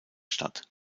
statt